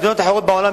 במדינות אחרות בעולם,